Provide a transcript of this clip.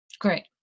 Great